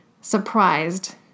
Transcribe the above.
surprised